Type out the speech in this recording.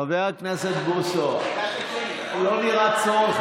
חבר הכנסת בוסו, לא נראה שיש צורך